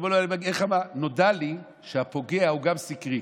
נודע לי שהפוגע הוא גם סיקריק,